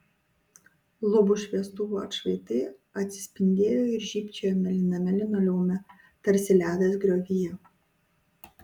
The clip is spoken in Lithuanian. lubų šviestuvų atšvaitai atsispindėjo ir žybčiojo mėlyname linoleume tarsi ledas griovyje